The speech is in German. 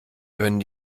können